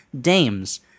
Dames